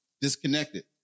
disconnected